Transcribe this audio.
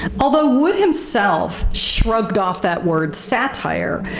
although wood himself shrugged off that word satire,